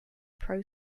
pro